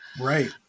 right